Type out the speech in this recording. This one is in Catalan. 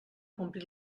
compri